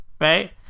Right